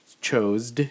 chose